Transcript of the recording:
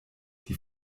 die